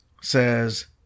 says